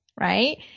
Right